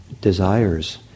desires